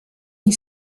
une